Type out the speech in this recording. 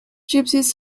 gypsies